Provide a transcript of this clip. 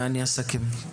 ואני אסכם.